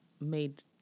made